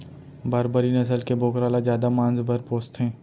बारबरी नसल के बोकरा ल जादा मांस बर पोसथें